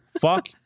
Fuck